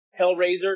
Hellraiser